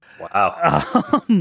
Wow